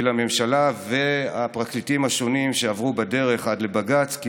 לממשלה והפרקליטים השונים שעברו בדרך עד לבג"ץ,